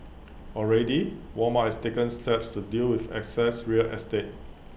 already Walmart has taken steps to deal with excess real estate